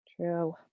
True